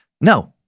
No